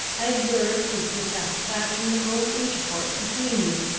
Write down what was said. i observed, with dissatisfaction, the growing intercourse between you,